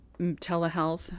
telehealth